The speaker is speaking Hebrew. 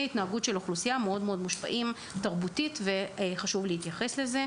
ההתנהגות של האוכלוסייה מאוד מושפעים תרבותית וחשוב להתייחס לזה.